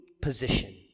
position